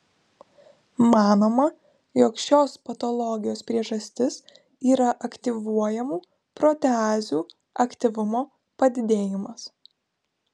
manoma jog šios patologijos priežastis yra aktyvuojamų proteazių aktyvumo padidėjimas